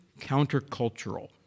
countercultural